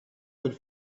could